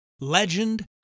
legend